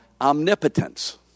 omnipotence